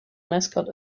mascot